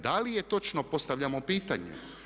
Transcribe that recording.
Da li je točno postavljamo pitanje?